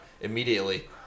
immediately